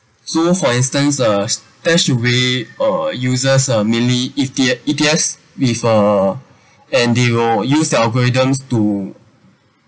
so for instance uh StashAway uh users uh mainly E_T E_T_F with uh and they will use their algorithms to